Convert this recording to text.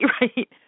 right